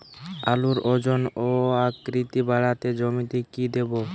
আলুর ওজন ও আকৃতি বাড়াতে জমিতে কি দেবো?